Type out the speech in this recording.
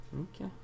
Okay